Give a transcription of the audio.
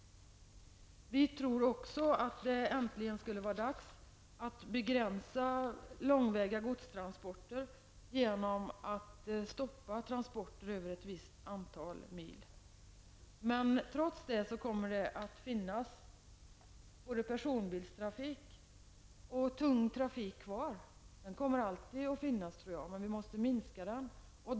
Vi tror också att det äntligen skulle vara dags att begränsa långväga godstransporter genom att stoppa transporter över ett visst antal mil. Trots det kommer det att finnas både personbilstrafik och tung trafik kvar. Sådan trafik kommer alltid att finnas, men vi måste minska den.